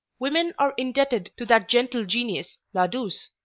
women are indebted to that gentle genius, la duse,